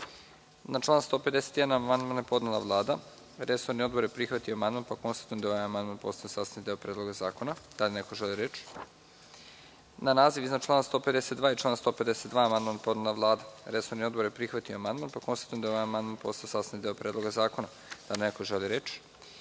član 151. amandman je podnela Vlada. Resorni odbor je prihvatio amandman. Konstatujem da je ovaj amandman postao sastavni deo Predloga zakona. Da li neko želi reč? (Ne.)Na naziv iznad člana 152. i član 152. amandman je podnela Vlada. Resorni odbor je prihvatio amandman. Konstatujem da je ovaj amandman postao sastavni deo Predloga zakona. Da li neko želi reč?